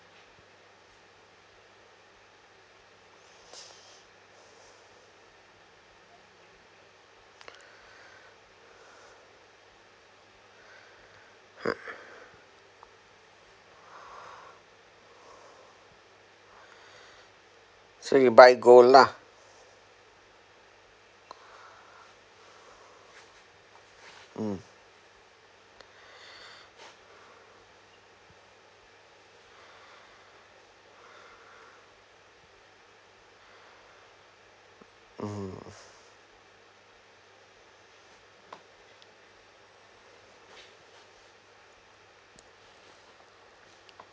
so you buy gold lah hmm hmm